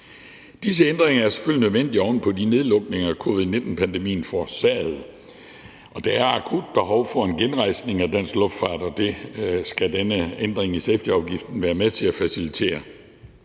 Disse ændringer er selvfølgelig nødvendige oven på de nedlukninger, covid-19-pandemien forårsagede. Der er akut behov for en genrejsning af dansk luftfart, og det skal denne ændring i safetyafgiften være med til at facilitere.